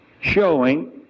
showing